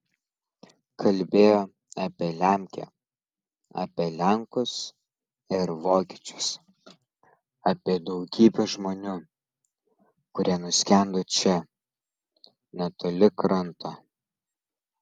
kalbėjo apie lemkę apie lenkus ir vokiečius apie daugybę žmonių kurie nuskendo čia netoli kranto